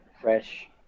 fresh